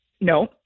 no